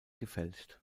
gefälscht